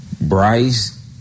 Bryce